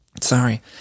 Sorry